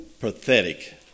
Pathetic